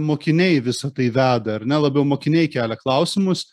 mokiniai visa tai veda ar ne labiau mokiniai kelia klausimus